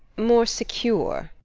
more secure.